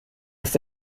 ist